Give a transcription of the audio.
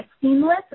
seamless